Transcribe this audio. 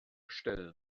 stellen